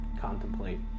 Contemplate